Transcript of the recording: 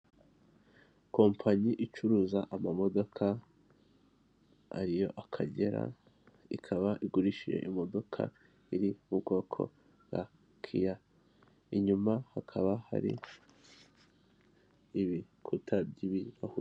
Kompanyi icuruza amamodoka ayo Akagera, ikaba igurishije imodoka iri mu bwoko bwa kiya, inyuma hakaba hari ibikuta by'ibirahure.